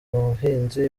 buhinzi